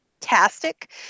fantastic